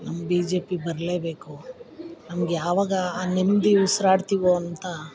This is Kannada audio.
ನಮ್ಮ ಬಿ ಜೆ ಪಿ ಬರಲೇಬೇಕು ನಮ್ಗೆ ಯಾವಾಗ ಆ ನೆಮ್ಮದಿ ಉಸಿರಾಡ್ತಿವೋ ಅಂತ